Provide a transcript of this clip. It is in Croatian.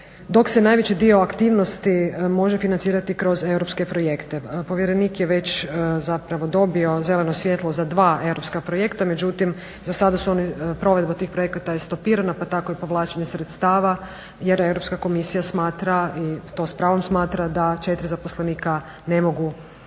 dok se najveći dio aktivnosti može financirati kroz europske projekte. Povjerenik je već dobio zeleno svjetlo da europska projekta međutim za sada je provedba tih projekata stopirana pa tako i povlačenje sredstva jer Europska komisija smatra i to s pravom smatra da 4 zaposlenika ne mogu